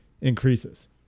increases